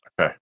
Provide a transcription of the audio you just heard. Okay